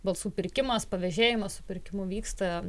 balsų pirkimas pavėžėjimas supirkimu vyksta